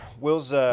Will's